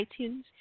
iTunes